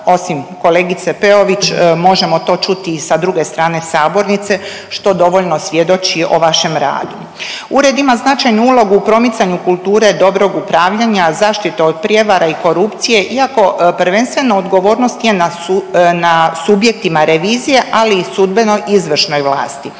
osim kolegice Peović možemo to čuti i sa druge strane sabornice što dovoljno svjedoči o vašem radu. Ured ima značajnu ulogu u promicanju kulture dobrog upravljanja, zaštita od prijevara i korupcije iako prvenstveno odgovornost je na subjektima revizije, ali i sudbeno izvršnoj vlasti.